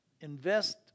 invest